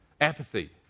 Apathy